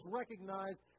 recognized